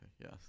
yes